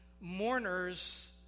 mourner's